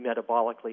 metabolically